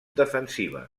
defensiva